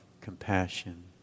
compassion